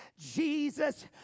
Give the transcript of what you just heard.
Jesus